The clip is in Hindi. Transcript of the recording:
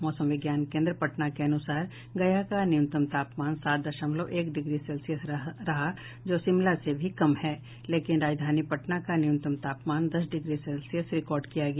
मौसम विज्ञान केन्द्र पटना के अनुसार गया का न्यूनतम तापमान सात दशमलव एक डिग्री सेल्सियस रहा जो शिमला से भी कम है जबकि राजधानी पटना का न्यूनतम तापमान दस डिग्री सेल्सियस रिकार्ड किया गया